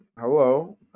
hello